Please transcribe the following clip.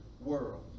world